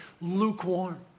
lukewarm